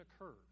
occurs